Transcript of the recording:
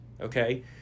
okay